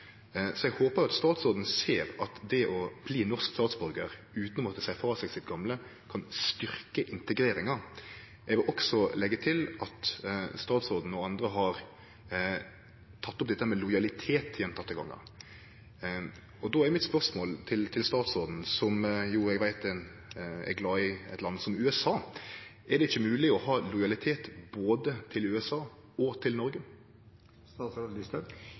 Så eg håpar at statsråden ser at det å bli norsk statsborgar utan å måtte seie frå seg sitt gamle statsborgarskap kan styrkje integreringa. Eg vil også leggje til at statsråden og andre gjentekne gonger har teke opp dette med lojalitet. Då er spørsmålet mitt til statsråden, som eg veit er glad i eit land som USA: Er det ikkje mogleg å ha lojalitet både til USA og til Noreg?